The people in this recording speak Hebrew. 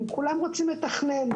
הם כולם רוצים לתכנן,